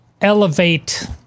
elevate